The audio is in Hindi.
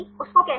उसको कैसे करे